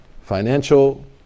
financial